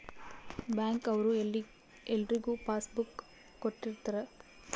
bank ಅವ್ರು ಎಲ್ರಿಗೂ passbook ಕೊಟ್ಟಿರ್ತರ